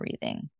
breathing